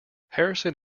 harrison